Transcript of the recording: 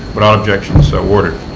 without objection, so ordered.